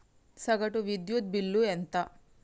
సగటు విద్యుత్ బిల్లు ఎంత?